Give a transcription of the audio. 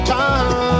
time